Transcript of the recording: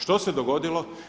Što se dogodilo?